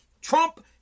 Trump